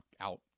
out